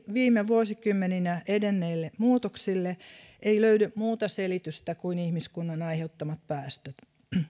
viime vuosikymmeninä edenneille muutoksille ei löydy muuta selitystä kuin ihmiskunnan aiheuttamat päästöt